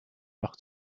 leur